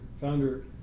founder